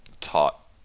taught